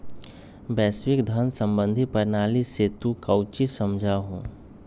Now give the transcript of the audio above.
वैश्विक धन सम्बंधी प्रणाली से तू काउची समझा हुँ?